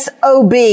SOB